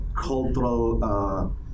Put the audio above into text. cultural